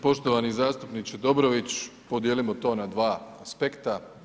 Poštovani zastupniče Dobrović, podijelimo to na dva aspekta.